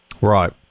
Right